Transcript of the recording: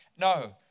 No